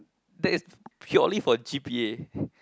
that is purely for g_p_a